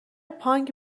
پانگ